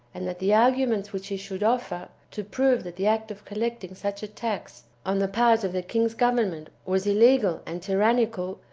and that the arguments which he should offer, to prove that the act of collecting such a tax on the part of the king's government was illegal and tyrannical,